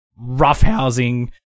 roughhousing